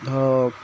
ধৰক